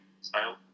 style